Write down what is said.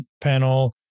panel